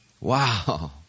Wow